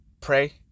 Pray